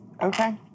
Okay